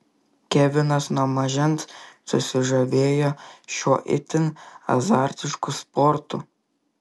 kevinas nuo mažens susižavėjo šiuo itin azartišku sportu